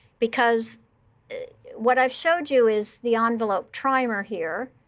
because what i've showed you is the envelope trimer here,